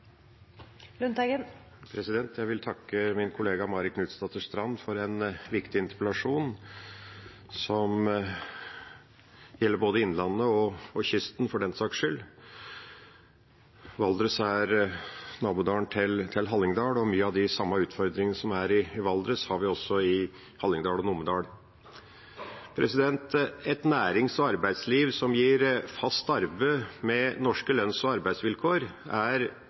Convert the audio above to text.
Jeg vil takke min kollega Marit Knutsdatter Strand for en viktig interpellasjon, som gjelder både innlandet og for den saks skyld også kysten. Valdres er nabodalen til Hallingdal, og mange av de utfordringene som er i Valdres, har vi også i Hallingdal og Numedal. Et nærings- og arbeidsliv som gir fast arbeid, med norske lønns- og arbeidsvilkår, er